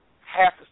half